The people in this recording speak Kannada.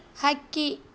ಹಕ್ಕಿ